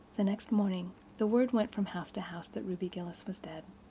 the next morning the word went from house to house that ruby gillis was dead.